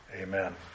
Amen